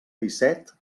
disset